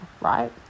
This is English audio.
Right